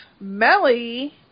Melly